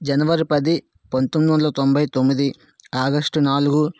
జనవరి పది పంతొమ్మిది వందల తొంభై తొమ్మిది ఆగష్టు నాలుగు